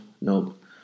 nope